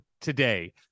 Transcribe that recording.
today